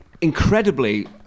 incredibly